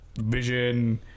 vision